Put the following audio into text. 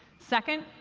second,